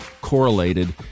correlated